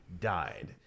died